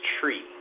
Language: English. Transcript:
tree